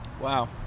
Wow